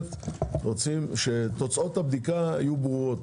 הכנסת רוצים שתוצאות הבדיקה יהיו ברורות,